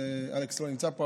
אלכס לא נמצא פה,